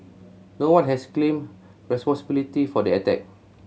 no one has claimed responsibility for the attack